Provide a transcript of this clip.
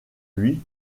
lui